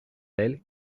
elle